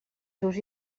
seus